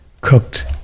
cooked